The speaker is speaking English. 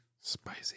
Spicy